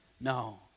No